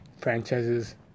franchises